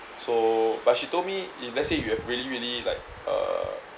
so but she told me if let's say you have really really like uh